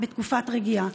בתקופת רגיעה.